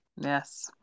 Yes